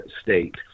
state